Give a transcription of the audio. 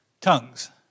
tongues